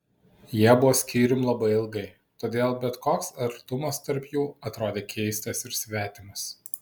jie buvo skyrium labai ilgai todėl bet koks artumas tarp jų atrodė keistas ir svetimas